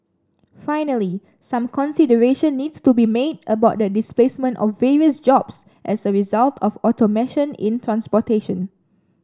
finally some consideration needs to be made about the displacement of various jobs as a result of automation in transportation